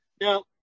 Now